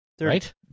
right